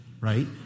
right